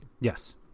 Yes